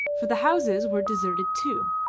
for the houses were deserted too.